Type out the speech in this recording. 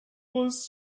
was